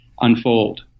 unfold